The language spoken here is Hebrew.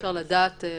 אי-אפשר לצפות את זה.